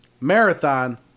Marathon